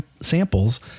samples